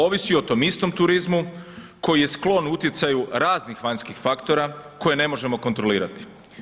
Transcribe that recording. Ovisi o tom istom turizmu koji je sklon utjecaju raznih vanjskih faktora koje ne možemo kontrolirati.